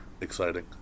exciting